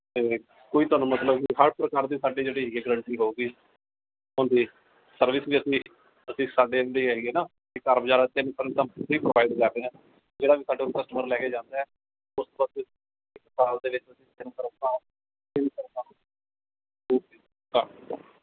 ਅਤੇ ਕੋਈ ਤੁਹਾਨੂੰ ਮਤਲਬ ਹਰ ਪ੍ਰਕਾਰ ਦੇ ਸਾਡੀ ਜਿਹੜੀ ਹੈਗੀ ਹੈ ਗਰੰਟੀ ਹੋਵੇਗੀ ਸਰਵਿਸ ਵੀ ਅਸੀਂ ਅਸੀਂ ਸਾਡੇ ਹੈਗੇ ਨਾ ਕਾਰ ਬਜ਼ਾਰ ਪ੍ਰੋਵਾਈਡ ਕਰ ਰਹੇ ਆ ਜਿਹੜਾ ਵੀ ਸਾਡੇ ਕੋਲੋ ਕਸਟਮਰ ਲੈ ਕੇ ਜਾਂਦਾ ਹੈ